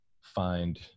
find